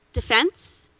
defense,